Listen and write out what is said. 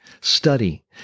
study